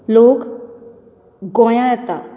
लोक गोंयांत येता